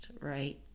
Right